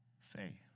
say